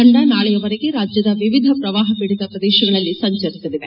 ತಂಡ ನಾಳೆಯವರೆಗೆ ರಾಜ್ಯದ ವಿವಿಧ ಪ್ರವಾಹ ಪೀಡಿತ ಪ್ರದೇಶಗಳಲ್ಲಿ ಸಂಚರಿಸಲಿದೆ